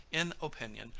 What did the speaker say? in opinion,